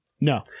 No